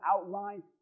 outline